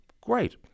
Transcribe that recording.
great